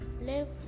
live